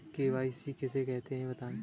KYC किसे कहते हैं बताएँ?